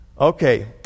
okay